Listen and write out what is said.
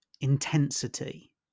intensity